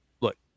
look